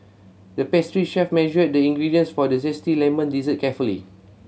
the pastry chef measured the ingredients for a zesty lemon dessert carefully